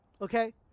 okay